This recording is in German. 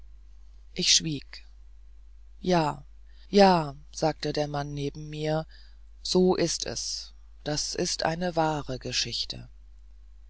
ich schwieg ja ja sagte der mann neben mir so ist es das ist eine wahre geschichte